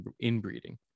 inbreeding